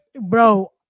Bro